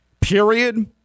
period